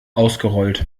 ausgerollt